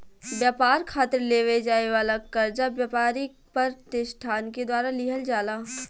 ब्यपार खातिर लेवे जाए वाला कर्जा ब्यपारिक पर तिसठान के द्वारा लिहल जाला